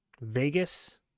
Vegas